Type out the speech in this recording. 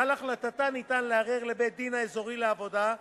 ועל החלטתה ניתן לערער לבית-הדין האזורי לעבודה,